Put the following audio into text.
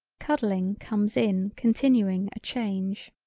cuddling comes in continuing a change.